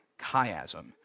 chiasm